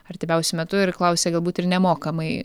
artimiausiu metu ir klausia galbūt ir nemokamai